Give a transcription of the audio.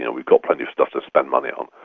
and we've got plenty of stuff to spend money on.